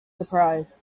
surprised